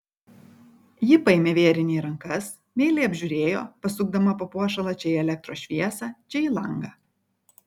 ji paėmė vėrinį į rankas meiliai apžiūrėjo pasukdama papuošalą čia į elektros šviesą čia į langą